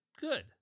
good